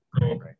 Right